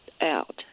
out